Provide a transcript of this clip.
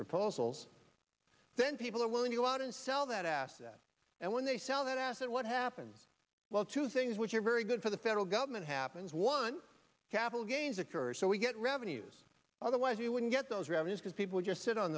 proposals then people are willing to go out and sell that asset and when they sell that asset what happens well two things which are very good for the federal government happens one capital gains occurs so we get revenues otherwise you wouldn't get those revenues because people just sit on